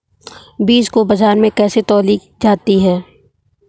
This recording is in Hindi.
बीज को बाजार में कैसे तौली जाती है?